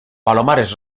palomares